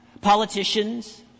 politicians